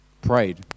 prayed